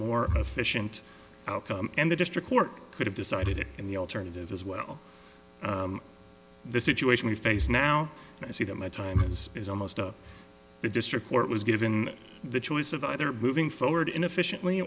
more efficient outcome and the district court could have decided in the alternative as well the situation we face now i see that my time is almost up the district court was given the choice of either moving forward inefficiently